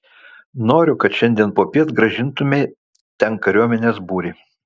noriu kad šiandien popiet grąžintumei ten kariuomenės būrį